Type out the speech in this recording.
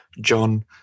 John